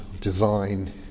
design